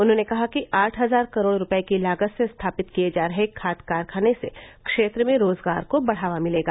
उन्होंने कहा कि आठ हजार करोड़ रूपये की लागत से स्थापित किये जा रहे खाद कारखाने से क्षेत्र में रोजगार को बढ़ावा मिलेगा